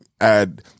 add